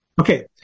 Okay